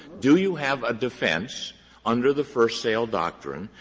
do you have a defense under the first-sale doctrine?